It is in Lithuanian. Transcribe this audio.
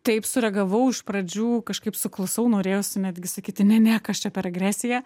taip sureagavau iš pradžių kažkaip suklusau norėjosi netgi sakyti ne ne kas čia per agresija